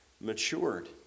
matured